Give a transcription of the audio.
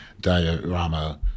diorama